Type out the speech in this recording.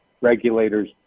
regulators